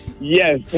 Yes